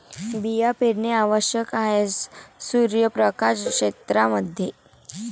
बिया पेरणे आवश्यक आहे सूर्यप्रकाश क्षेत्रां मध्ये